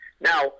Now